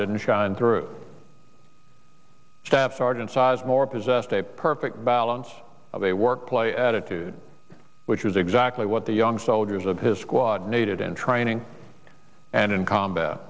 didn't shine through staff sergeant sizemore possessed a perfect balance of a workplace attitude which was exactly what the young soldiers of his squad needed in training and in combat